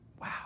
Wow